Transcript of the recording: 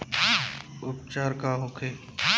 उपचार का होखे?